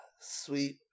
Sweet